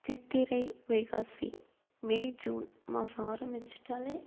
சித்திரை வைகாசி May June மாதம் ஆரமிச்சிட்டாலே